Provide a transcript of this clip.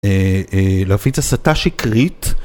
להפיץ הסתה שקרית